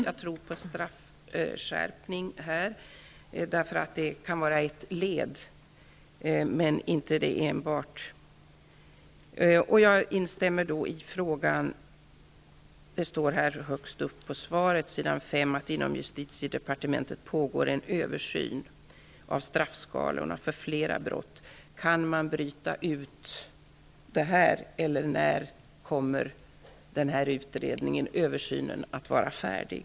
Jag tror på straffskärpning. Det kan vara ett led, men inte det enda, i det hela. Av svaret framgår att det ''inom justitiedepartementet pågår också redan en översyn av straffskalorna för flera brott --.'' När kommer översynen att vara färdig?